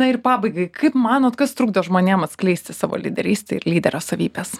na ir pabaigai kaip manot kas trukdo žmonėm atskleisti savo lyderystę ir lyderio savybes